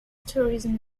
tourism